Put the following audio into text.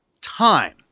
time